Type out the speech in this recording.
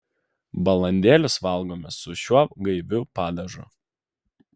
balandėlius valgome su šiuo gaiviu padažu